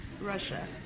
Russia